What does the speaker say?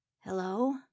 Hello